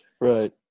Right